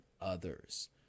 others